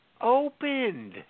opened